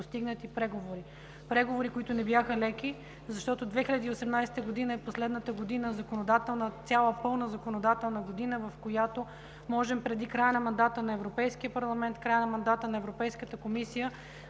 постигнати преговори. Преговорите не бяха леки, защото 2018 г. е последната пълна законодателна година, в която можем преди края на мандата на Европейския парламент, края на мандата на Европейската комисия